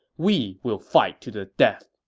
we will fight to the death.